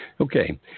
Okay